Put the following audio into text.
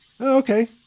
okay